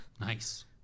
nice